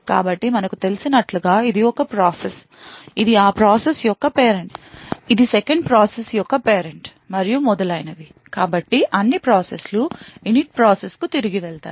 కాబట్టి మనకు తెలిసినట్లుగా ఇది ఒక ప్రాసెస్ ఇది ఆ ప్రాసెస్ యొక్క పేరెంట్ ఇది 2nd ప్రాసెస్ యొక్క పేరెంట్ మరియు మొదలైనవి కాబట్టి అన్ని ప్రాసెస్లు Init ప్రాసెస్ కు తిరిగి వెళ్తాయి